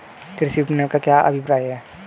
कृषि विपणन का क्या अभिप्राय है?